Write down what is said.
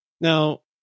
Now